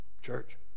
Church